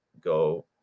Go